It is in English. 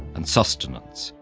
and sustenance,